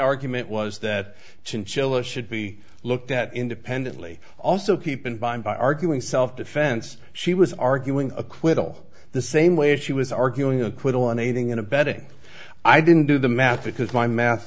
argument was that chinchilla should be looked at independently also keep in mind by arguing self defense she was arguing acquittal the same way she was arguing acquittal on aiding and abetting i didn't do the math because my math